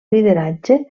lideratge